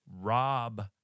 Rob